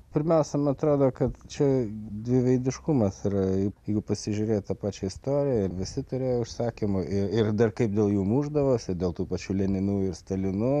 pirmiausia man atrodo kad čia dviveidiškumas yra jų pasižiūrėt ta pačia istoriją ir visi turėjo užsakymų ir ir dar kaip dėl jų mušdavosi dėl tų pačių leninų stalinų